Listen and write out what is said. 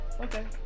Okay